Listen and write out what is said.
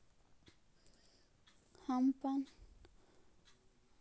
हमपन अकाउँटवा से आधार कार्ड से कइसे जोडैतै?